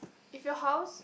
if your house